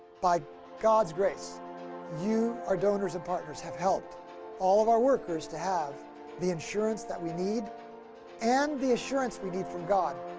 by god's grace you, our donors and partners, have helped all of our workers to have the insurance that we need and the assurance we need from god.